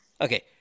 Okay